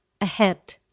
ahead